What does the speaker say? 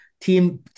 Team